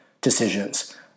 decisions